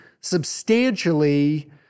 substantially